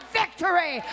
victory